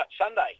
Sunday